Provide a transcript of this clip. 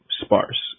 sparse